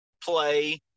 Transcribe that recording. play